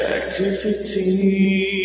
activity